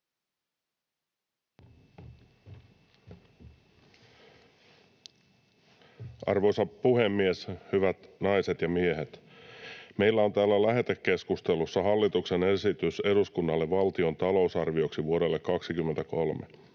Arvoisa puhemies! Hyvät naiset ja miehet! Meillä on täällä lähetekeskustelussa hallituksen esitys eduskunnalle valtion talousarvioksi vuodelle 23.